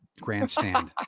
Grandstand